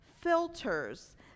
filters